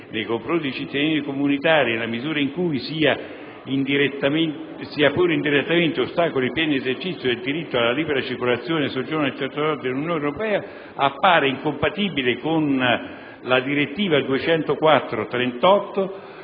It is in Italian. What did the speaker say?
nei confronti dei cittadini comunitari - nella misura in cui, sia pur indirettamente, ostacola il pieno esercizio del diritto alla libertà di circolazione e soggiorno nel territorio dell'Unione europea - appare incompatibile con la direttiva 2004/38/CE,